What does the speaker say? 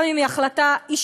גם אם היא החלטה אישית,